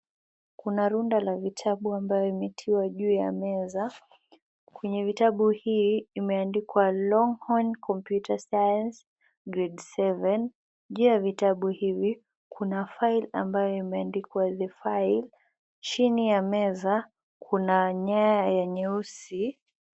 Kuna runda la vitabu ambayo imetiwa juu ya meza. Kwenye vitabu hii imeandikwa Longhorn Computer Science Grade 7 . Juu ya vitabu hivi kuna file ambayo imeandikwa the file . Chini ya meza kuna nyaya ya nyeusi.